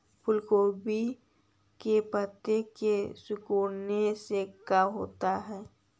फूल गोभी के पत्ते के सिकुड़ने से का होता है?